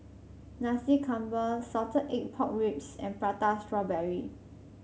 Nasi Campur Salted Egg Pork Ribs and Prata Strawberry